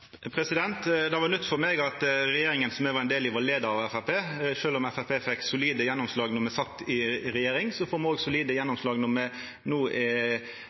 Det var nytt for meg at regjeringa som me var ein del av, var leia av Framstegspartiet. Sjølv om Framstegspartiet fekk solide gjennomslag då me sat i regjering, får med òg solide gjennomslag når me no er